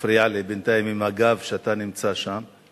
שמפריע לי בינתיים כשאתה נמצא שם עם הגב.